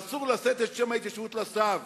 ואסור לשאת את שם ההתיישבות לשווא,